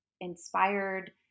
inspired